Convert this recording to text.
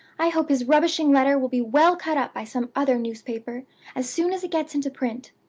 i hope his rubbishing letter will be well cut up by some other newspaper as soon as it gets into print!